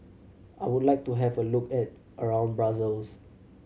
I would like to have a look at around Brussels